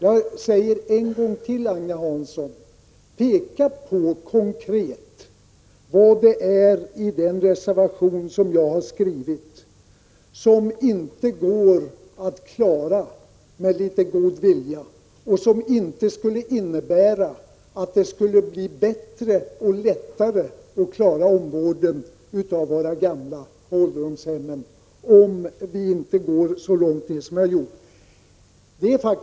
Jag vill än en gång säga till Agne Hansson: Peka konkret på vad jag har skrivit i reservationen som inte går att klara med litet god vilja och som inte skulle innebära att det skulle bli bättre och lättare att sköta omvårdnaden av våra gamla på ålderdomshemmen?